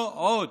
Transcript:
לא עוד.